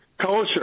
culture